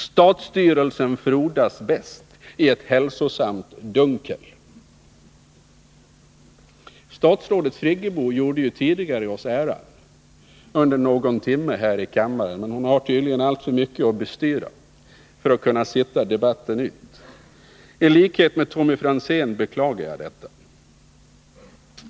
Statsstyrelsen frodas därför bäst i ett hälsosamt dunkel.” Statsrådet Friggebo gjorde oss tidigare äran med ett besök i kammaren under någon timme, men hon har tydligen alltför mycket att bestyra för att kunna stanna debatten ut. I likhet med Tommy Franzén beklagar jag detta.